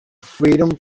freedom